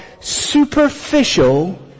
superficial